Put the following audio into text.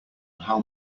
how